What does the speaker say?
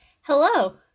Hello